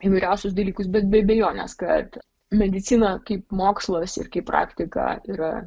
įvairiausius dalykus bet be abejonės kad medicina kaip mokslas ir kaip praktika yra